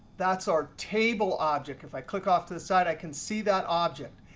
that's our table object. if i click off to the side, i can see that object.